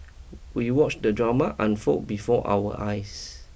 we watched the drama unfold before our eyes